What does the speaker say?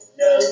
no